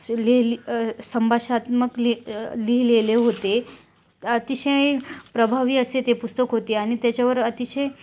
सु लिहिली संभाषणात्मक लिह लिहिलेले होते अतिशय प्रभावी असे ते पुस्तक होते आणि त्याच्यावर अतिशय